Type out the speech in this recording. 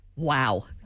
Wow